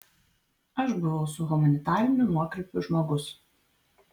aš buvau su humanitariniu nuokrypiu žmogus